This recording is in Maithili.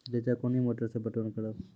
रेचा कोनी मोटर सऽ पटवन करव?